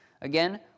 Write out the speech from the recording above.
Again